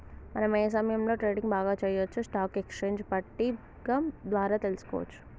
మనం ఏ సమయంలో ట్రేడింగ్ బాగా చెయ్యొచ్చో స్టాక్ ఎక్స్చేంజ్ పట్టిక ద్వారా తెలుసుకోవచ్చు